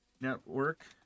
network